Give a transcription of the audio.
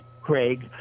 craig